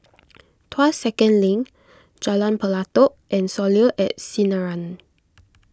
Tuas Second Link Jalan Pelatok and Soleil at Sinaran